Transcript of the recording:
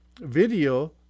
video